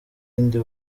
ndi